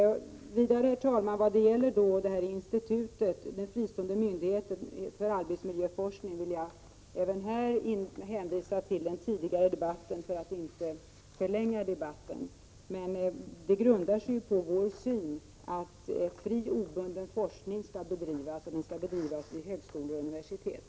Vad vidare, herr talman, gäller den fristående myndigheten för arbetsmiljöforskning vill jag även här hänvisa till den tidigare debatten, för att inte förlänga debatten nu. Vår syn grundar sig på att fri och obunden forskning skall bedrivas vid högskolor och universitet.